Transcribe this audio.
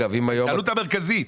ההתנהלות המרכזית.